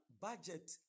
budget